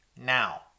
now